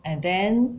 and then